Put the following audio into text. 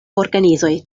organizoj